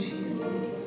Jesus